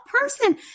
person